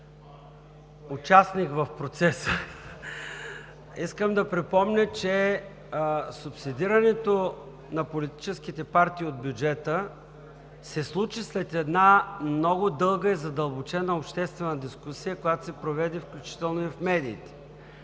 участник в процеса, че субсидирането на политическите партии от бюджета се случи след една много дълга и задълбочена обществена дискусия, която се проведе, включително и в медиите,